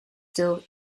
still